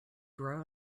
grow